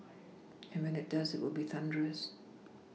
and when it does it will be thunderous